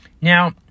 Now